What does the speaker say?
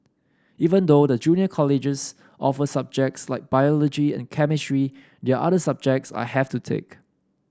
even though the junior colleges offer subjects like biology and chemistry they are other subjects I have to take